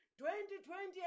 2020